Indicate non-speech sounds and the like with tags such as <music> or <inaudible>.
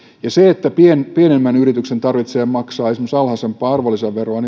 pidän perusteltuna että pienemmän yrityksen tarvitsee maksaa esimerkiksi alhaisempaa arvonlisäveroa <unintelligible>